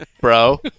bro